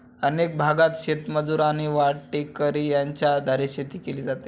अनेक भागांत शेतमजूर आणि वाटेकरी यांच्या आधारे शेती केली जाते